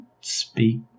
speak